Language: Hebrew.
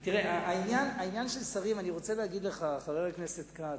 העניין של שרים, אני רוצה להגיד לך, חבר הכנסת כץ,